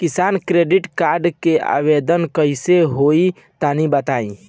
किसान credit card के आवेदन कईसे होई तनि बताई?